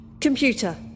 Computer